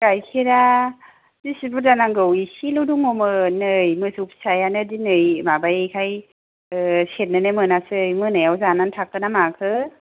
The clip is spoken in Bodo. गाइखेरा बिसि बुरजा नांगौ एसेल' दङमोन नै मोसौ फिसायानो दिनै माबायैखाय सेरनो नो मोनासै मोनायाव जानानै थाखो ना माखो